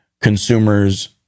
Consumers